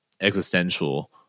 existential